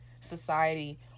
Society